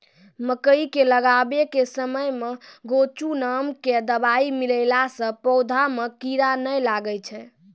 मकई के लगाबै के समय मे गोचु नाम के दवाई मिलैला से पौधा मे कीड़ा नैय लागै छै?